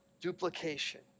duplication